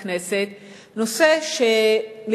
זה כל הסיפור שם,